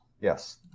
yes